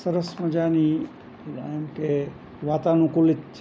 સરસ મજાની એમ કે વાતાનુકૂલિત